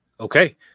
Okay